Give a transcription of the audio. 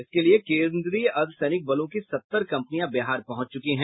इसके लिए केन्द्रीय अर्द्वसैनिक बलों की सत्तर कंपनियां बिहार पहुंच चुकी हैं